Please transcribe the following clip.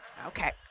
Okay